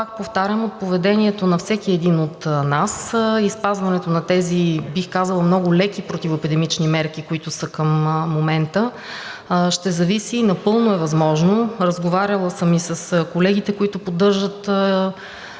зависи от поведението на всеки един от нас и от спазването на тези, бих казала, много леки противоепидемични мерки, които са към момента. Напълно е възможно – разговаряла съм и с колегите, които поддържат